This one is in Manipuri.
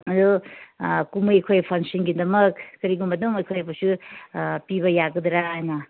ꯑꯗꯨ ꯀꯨꯝꯍꯩ ꯑꯩꯈꯣꯏ ꯐꯪꯁꯟꯒꯤꯗꯃꯛ ꯀꯔꯤꯒꯨꯝꯕ ꯑꯗꯨꯝ ꯑꯩꯈꯣꯏꯕꯨꯁꯨ ꯄꯤꯕ ꯌꯥꯒꯗ꯭ꯔꯥꯑꯅ